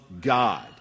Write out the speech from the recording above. God